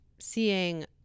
seeing